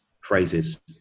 phrases